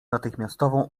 natychmiastową